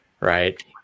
right